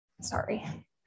Sorry